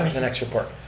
i mean the next report.